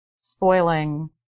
spoiling